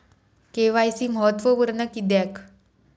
KYC महत्त्वपुर्ण किद्याक?